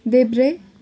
देब्रे